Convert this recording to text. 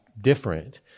different